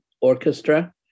orchestra